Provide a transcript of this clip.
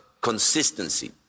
consistency